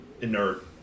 inert